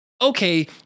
okay